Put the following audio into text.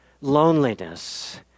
loneliness